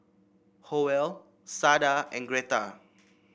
Howell Sada and Greta